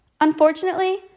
Unfortunately